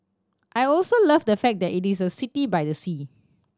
I also love the fact that it is a city by the sea